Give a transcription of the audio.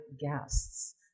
guests